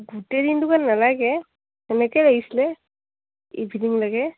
গোটেই দিনটো কাৰণে নালাগে এনেকৈ লাগিছিলে ইভিনিং লাগে